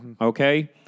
Okay